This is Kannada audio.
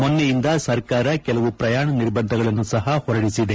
ಮೊನ್ನೆಯಿಂದ ಸರ್ಕಾರ ಕೆಲವು ಪ್ರಯಾಣ ನಿರ್ಬಂಧಗಳನ್ನು ಸಹ ಹೊರಡಿಸಿದೆ